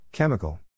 Chemical